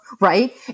Right